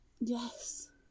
Yes